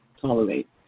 tolerate